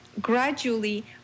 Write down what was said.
gradually